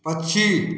पक्षी